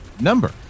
number